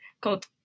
called